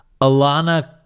Alana